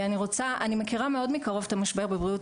אני מכירה מאוד מקרוב את המשבר בבריאות